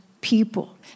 people